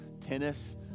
tennis